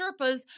Sherpas